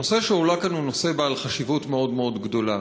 הנושא שהועלה כאן הוא בעל חשיבות מאוד מאוד גדולה,